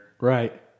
right